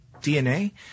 DNA